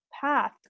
path